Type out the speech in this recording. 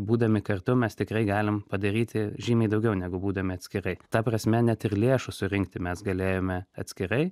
būdami kartu mes tikrai galim padaryti žymiai daugiau negu būdami atskirai ta prasme net ir lėšų surinkti mes galėjome atskirai